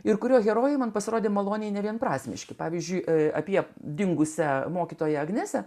ir kurio herojai man pasirodė maloniai nevienprasmiški pavyzdžiui apie dingusią mokytoją agresiją